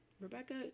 Rebecca